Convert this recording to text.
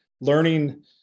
learning